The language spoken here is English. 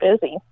busy